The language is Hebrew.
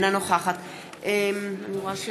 אינה נוכחת יש